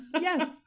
yes